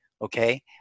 okay